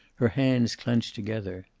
her hands clenched together.